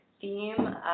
theme